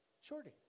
Shorty